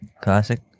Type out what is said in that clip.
Classic